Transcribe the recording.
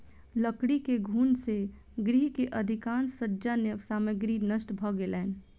लकड़ी के घुन से गृह के अधिकाँश सज्जा सामग्री नष्ट भ गेलैन